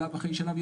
שלב אחרי שלב,